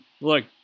look